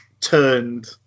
turned